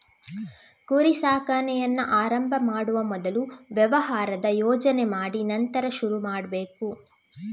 ಕುರಿ ಸಾಕಾಣೆಯನ್ನ ಆರಂಭ ಮಾಡುವ ಮೊದಲು ವ್ಯವಹಾರದ ಯೋಜನೆ ಮಾಡಿ ನಂತರ ಶುರು ಮಾಡ್ಬೇಕು